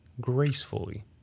gracefully